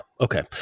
Okay